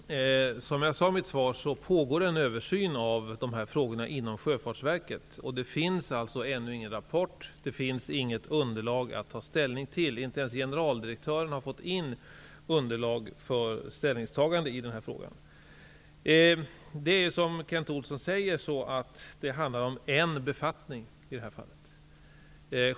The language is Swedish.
Fru talman! Som jag sade i mitt svar pågår det inom Sjöfartsverket en översyn av de här frågorna. Det finns ännu ingen rapport, det finns inget underlag att ta ställning till. Inte ens generaldirektören har fått in underlag för ställningstagande i den här frågan. Som Kent Olsson säger handlar det i det här fallet om en befattning.